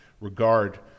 regard